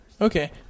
Okay